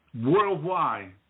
worldwide